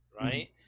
right